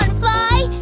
fly,